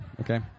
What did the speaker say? okay